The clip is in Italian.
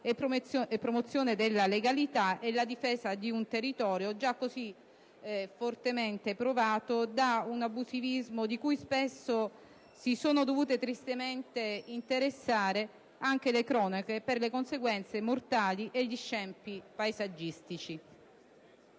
la promozione della legalità e la difesa di un territorio già così fortemente provato da un abusivismo di cui, spesso, si sono dovute tristemente interessare anche le cronache, per le conseguenze mortali e gli scempi paesaggistici.